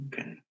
Okay